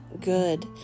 good